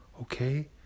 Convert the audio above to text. okay